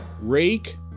rake